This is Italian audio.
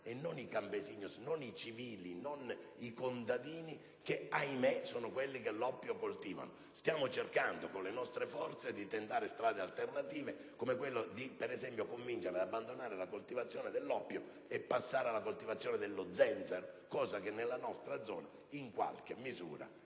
e non i *campesinos*, i civili o i contadini che, ahimè, sono quelli che l'oppio lo coltivano. Stiamo cercando con le nostre forze di tentare strade alternative, come quella, ad esempio, di far abbandonare la coltivazione dell'oppio per passare alla coltivazione dello zenzero, obiettivo che nella nostra zona è anche stato